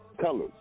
Colors